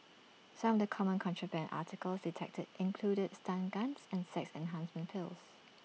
some of the common contraband articles detected included stun guns and sex enhancement pills